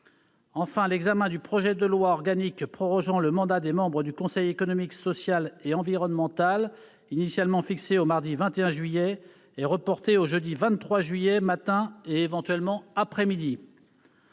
Enfin, l'examen du projet de loi organique prorogeant le mandat des membres du Conseil économique, social et environnemental, initialement fixé au mardi 21 juillet, est reporté au jeudi 23 juillet matin et, éventuellement, après-midi.